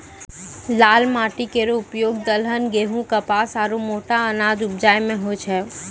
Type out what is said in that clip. लाल माटी केरो उपयोग दलहन, गेंहू, कपास आरु मोटा अनाज उपजाय म होय छै